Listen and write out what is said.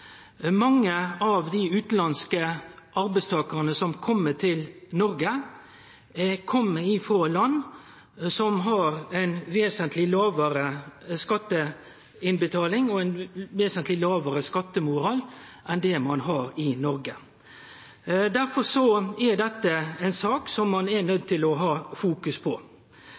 Mange av dei utanlandske arbeidstakarane som kjem til Noreg, kjem frå land som har ei vesentleg lågare skatteinnbetaling og ein vesentleg lågare skattemoral enn det ein har i Noreg. Derfor er dette ei sak som ein er nøydd til å ha fokus på.